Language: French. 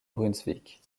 brunswick